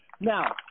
Now